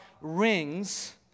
rings